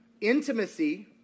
intimacy